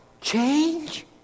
change